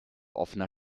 offener